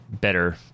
better